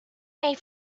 made